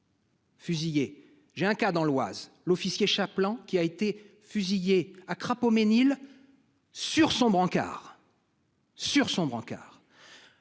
J'ai un cas dans l'Oise, l'officier, plan qui a été fusillé a crapaud Mesnil. Sur son brancard.